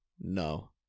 No